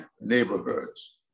neighborhoods